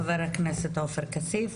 חבר הכנסת עופר כסיף.